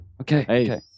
Okay